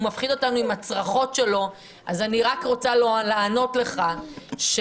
הוא מפחיד אותנו עם הצרחות שלו אז אני רק רוצה לענות לך שאתה